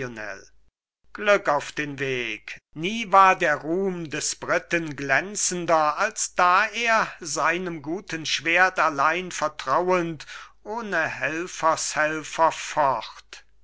glück auf den weg nie war der ruhm des briten glänzender als da er seinem guten schwert allein vertrauend ohne helfershelfer focht